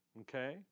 Okay